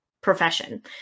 profession